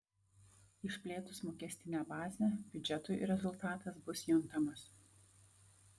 išplėtus mokestinę bazę biudžetui rezultatas bus juntamas